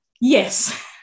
Yes